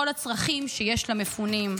כל הצרכים שיש למפונים.